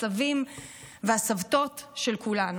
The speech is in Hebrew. הסבים והסבתות של כולנו.